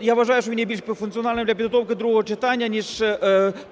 Я вважаю, що він є більш функціональним для підготовки другого читання, ніж